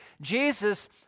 Jesus